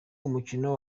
umukino